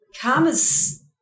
Karma's